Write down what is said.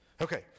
Okay